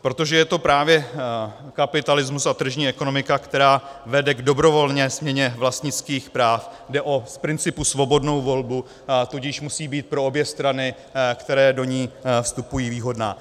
Protože je to právě kapitalismus a tržní ekonomika, která vede k dobrovolné směně vlastnických práv, jde o z principu svobodnou volbu, tudíž musí být pro obě strany, které do ní vstupují, výhodná.